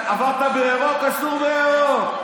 עברת בירוק, אסור בירוק.